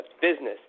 business